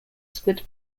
squid